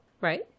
Right